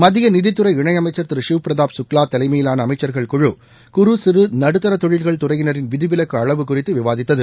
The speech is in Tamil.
மத்திய நிதித்துறை இணையமைச்ச் திரு ஷிவ் பிரதாப் குக்லா தலைமையிலாள அமைச்சர்கள் குழு குறு சிறு நடுத்தர தொழில்கள் துறையினரின் விதிவிலக்கு அளவு குறித்து விவாதித்தது